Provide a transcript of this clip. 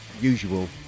usual